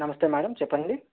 నమస్తే మ్యాడం చెప్పండి